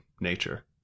nature